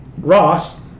Ross